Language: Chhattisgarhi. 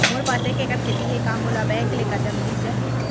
मोर पास एक एक्कड़ खेती हे का मोला बैंक ले करजा मिलिस जाही?